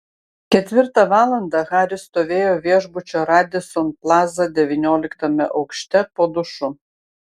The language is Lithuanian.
ketvirtą valandą haris stovėjo viešbučio radisson plaza devynioliktame aukšte po dušu